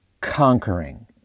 Conquering